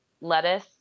lettuce